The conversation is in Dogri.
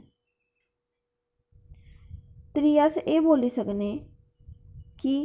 भी अस एह् बोली सकने कि